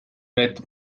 brett